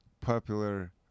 popular